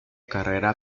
carrera